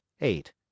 eight